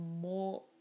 more